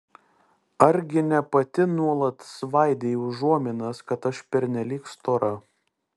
argi ne pati nuolat svaidei užuominas kad aš pernelyg stora